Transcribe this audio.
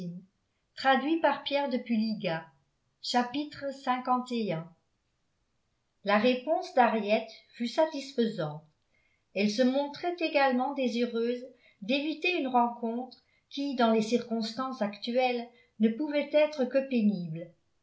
la réponse d'henriette fut satisfaisante elle se montrait également désireuse d'éviter une rencontre qui dans les circonstances actuelles ne pouvait être que pénible